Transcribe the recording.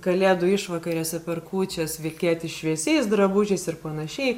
kalėdų išvakarėse per kūčias vilkėti šviesiais drabužiais ir panašiai